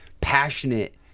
passionate